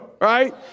right